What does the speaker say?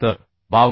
तर 52